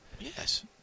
Yes